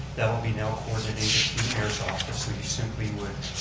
that will be now mayor's office. so you simply would